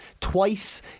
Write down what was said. twice